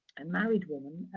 and married woman,